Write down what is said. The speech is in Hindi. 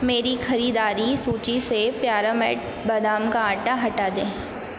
मेरी ख़रीदारी सूची से प्युरामेट बादाम का आटा हटा दें